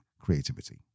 creativity